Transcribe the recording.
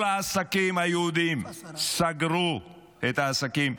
כל העסקים היהודיים סגרו את העסקים,